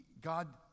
God